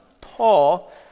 Paul